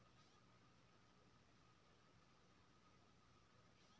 बासमती धान के सबसे उन्नत बीज केना होयत छै?